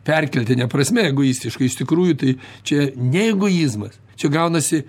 perkeltine prasme egoistiškai iš tikrųjų tai čia ne egoizmas čia gaunasi